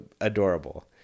Adorable